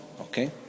Okay